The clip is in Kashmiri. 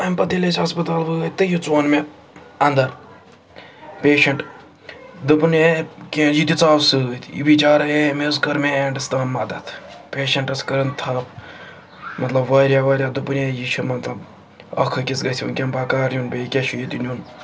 اَمہِ پَتہٕ ییٚلہِ أسۍ ہَسپَتال وٲتۍ تہٕ یہِ ژوٚن مےٚ اَنٛدَر پیشَنٹ دوٚپُن کیٚنٛہہ ہے یہِ تہِ ژاو سۭتۍ یہِ بِچارٕ ہے مےٚ حظ کٔر مےٚ اینٛڈَس تام مَدَتھ پیشَنٹَس کٔرٕنۍ تھپھ مطلب واریاہ وارِیاہ دوٚپُن ہے یہِ چھِ مطلب اَکھ أکِس گژھِ وٕنکٮ۪ن بَکار یُن بیٚیہِ کیٛاہ چھُ یہِ تہِ نیُن